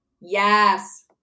Yes